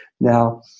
Now